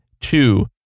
Two